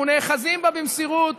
אנחנו נאחזים בה במסירות,